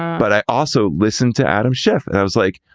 but i also listened to adam schiff and i was like,